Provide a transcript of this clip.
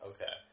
Okay